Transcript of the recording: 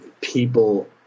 people